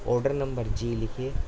order number جی لکھیے